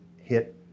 hit